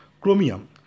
chromium